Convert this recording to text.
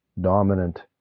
dominant